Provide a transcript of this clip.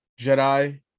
Jedi